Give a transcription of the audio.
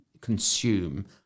consume